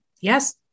yes